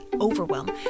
overwhelm